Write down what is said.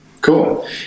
Cool